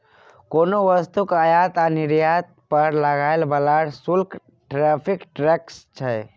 कोनो वस्तुक आयात आ निर्यात पर लागय बला शुल्क टैरिफ टैक्स छै